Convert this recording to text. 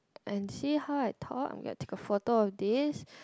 and see how I talk I'm gonna take a photo of this